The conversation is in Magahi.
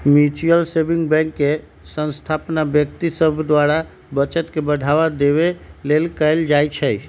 म्यूच्यूअल सेविंग बैंक के स्थापना व्यक्ति सभ द्वारा बचत के बढ़ावा देबे लेल कयल जाइ छइ